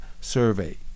survey